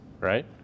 right